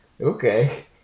okay